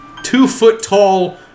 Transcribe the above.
two-foot-tall